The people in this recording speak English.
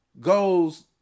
goes